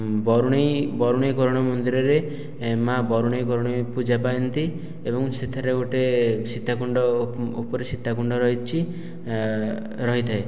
ବରୁଣେଇ ବରୁଣେଇ କରୁଣେଇ ମନ୍ଦିରରେ ମା ବରୁଣେଇ କରୁଣେଇ ପୂଜା ପାଆଁନ୍ତି ଏବଂ ସେଥିରେ ଗୋଟେ ସିଦ୍ଧ କୁଣ୍ଡ ଉପରେ ସୀତାକୁଣ୍ଡ ରହିଛି ରହିଥାଏ